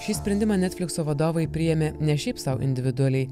šį sprendimą netflikso vadovai priėmė ne šiaip sau individualiai